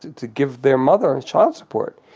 to give their mother child support.